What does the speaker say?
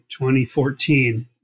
2014